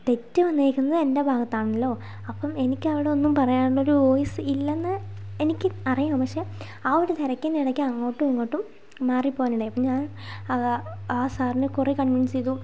തെറ്റ് വന്നിരിക്കുന്നത് എൻ്റെ ഭാഗത്താണല്ലോ അപ്പം എനിക്ക് അവിടെ ഒന്നും പറയാനുള്ളൊരു വോയ്സ് ഇല്ലെന്ന് എനിക്ക് അറിയാം പക്ഷെ ആ ഒരു തിരക്കിൻ്റെ ഇടയ്ക്ക് അങ്ങോട്ടും ഇങ്ങോട്ടും മാറിപ്പോവാനിടയായി അപ്പോൾ ഞാൻ ആ സാറിനെ കുറെ കൺവീൻസ് ചെയ്തു